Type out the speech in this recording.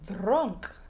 drunk